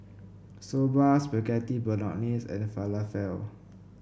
Soba Spaghetti Bolognese and Falafel